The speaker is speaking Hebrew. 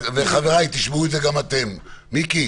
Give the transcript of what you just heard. וחבריי, תשמעו את זה גם אתם, מיקי